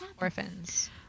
orphans